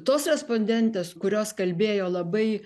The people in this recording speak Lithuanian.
tos respondentės kurios kalbėjo labai